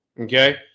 Okay